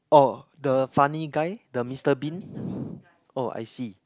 oh the funny guy the Mister Bean oh I see